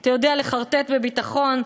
אתה יודע לחרטט בביטחון,